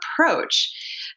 approach